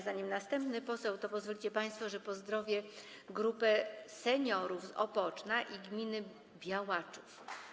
Zanim następny poseł, pozwolicie państwo, że pozdrowię grupę seniorów z Opoczna i gminy Białaczów.